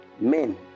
men